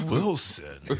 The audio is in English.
Wilson